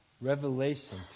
revelation